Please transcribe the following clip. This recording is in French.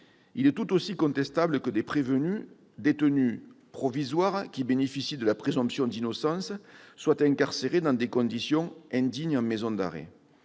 Il est tout aussi contestable que des prévenus, détenus « provisoires » qui bénéficient de la présomption d'innocence, soient incarcérés dans des conditions indignes en maison d'arrêt.